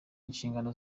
inshingano